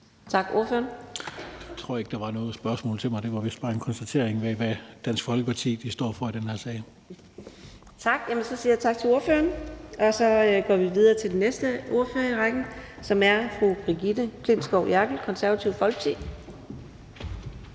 Larsen (LA): Jeg tror ikke, der var noget spørgsmål til mig. Det var vist bare en konstatering af, hvad Dansk Folkeparti står for i den her sag. Kl. 14:44 Fjerde næstformand (Karina Adsbøl): Så siger jeg tak til ordføreren, og så går vi videre til den næste ordfører i rækken, som er fru Brigitte Klintskov Jerkel, Det Konservative Folkeparti.